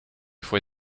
foi